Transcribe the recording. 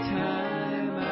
time